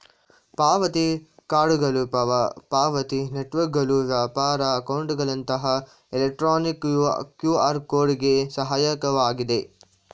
ಪಾವತಿ ಕಾರ್ಡ್ಗಳು ಪಾವತಿ ನೆಟ್ವರ್ಕ್ಗಳು ವ್ಯಾಪಾರಿ ಅಕೌಂಟ್ಗಳಂತಹ ಎಲೆಕ್ಟ್ರಾನಿಕ್ ಕ್ಯೂಆರ್ ಕೋಡ್ ಗೆ ಸಹಾಯಕವಾಗಿದೆ